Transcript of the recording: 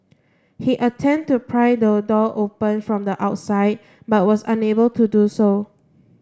he attempted to pry the door open from the outside but was unable to do so